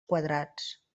quadrats